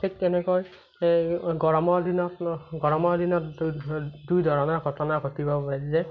ঠিক তেনেকৈ এই গৰমৰ দিনত গৰমৰ দিনত দুই দুই দুই ধৰণৰ ঘটনা ঘটিব পাৰে যে